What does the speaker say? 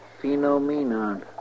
Phenomenon